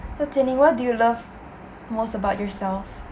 so Jian-Ning what do you love most about yourself